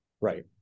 Right